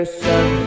sun